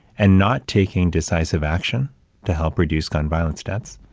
and not taking decisive action to help reduce gun violence deaths.